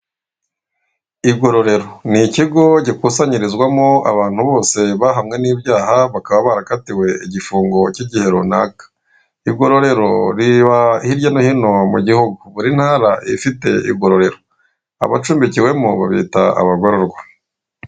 Igororero ni ikigo gikusanyirizwamo abantu bose bahamwe n'ibyaha bakaba barakatiwe igifungo cy'igihe runaka. Igororero riba hirya no hino mu gihugu. Buri ntara iba ifite igororero, abacumbikiwemo babita abagororwa.